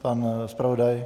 Pan zpravodaj?